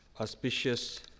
auspicious